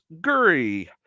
Guri